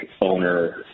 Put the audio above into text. owner